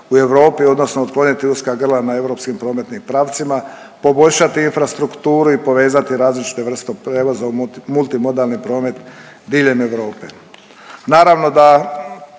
u Europi odnosno otkloniti uska grla na europskim prometnim pravcima, poboljšati infrastrukturu i povezati različite vrste prijevoza u multi modalni promet diljem Europe. Naravno da